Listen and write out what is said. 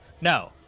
No